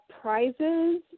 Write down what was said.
prizes